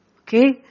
Okay